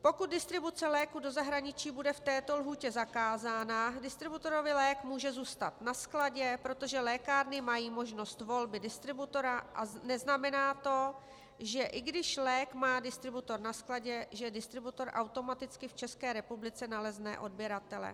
Pokud distribuce léků do zahraničí bude v této lhůtě zakázána, distributorovi lék může zůstat na skladě, protože lékárny mají možnost volby distributora, a neznamená to, že i když lék má distributor na skladě, že distributor automaticky v ČR nalezne odběratele.